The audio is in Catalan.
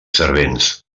servents